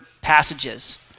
passages